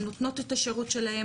נותנות את השירות שלהן,